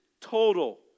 total